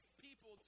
people